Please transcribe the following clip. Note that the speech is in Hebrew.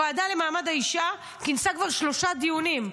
הוועדה לקידום מעמד האישה כינסה כבר שלושה דיונים,